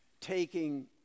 taking